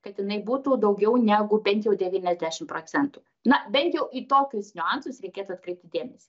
kad jinai būtų daugiau negu bent jau devyniasdešim procentų na bent jau į tokius niuansus reikėtų atkreipti dėmesį